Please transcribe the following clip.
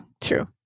True